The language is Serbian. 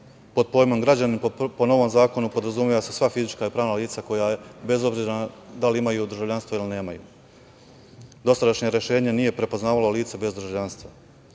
pojmom građanin po novim zakonom podrazumeva se sva fizička i pravna lica koja bez obzira da li imaju državljanstvo ili nemaju. Dosadašnja rešenja nije prepoznavalo lice bez državljanstva. Novina